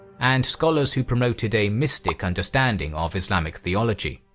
and scholars who promoted a mystic understanding of islamic theology.